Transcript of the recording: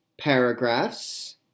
paragraphs